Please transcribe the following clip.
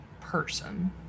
person